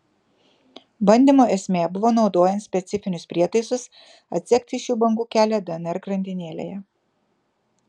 bandymo esmė buvo naudojant specifinius prietaisus atsekti šių bangų kelią dnr grandinėlėje